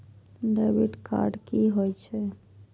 Debit card कि होई छै?